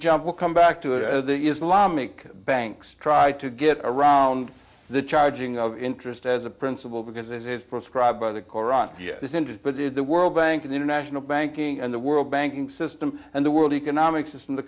jump will come back to the islamic banks try to get around the charging of interest as a principle because as proscribed by the koran this interest but is the world bank and international banking and the world banking system and the world economic system the